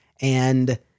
And-